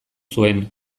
zuen